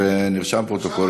צודק, ונרשם בפרוטוקול.